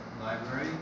Library